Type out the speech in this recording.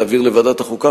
להעביר לוועדת החוקה,